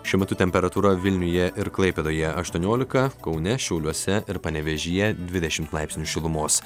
šiuo metu temperatūra vilniuje ir klaipedoje aštuoniolika kaune šiauliuose ir panevėžyje dvidešimt laipsnių šilumos